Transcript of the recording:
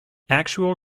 actual